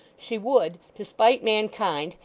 she would, to spite mankind,